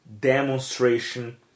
Demonstration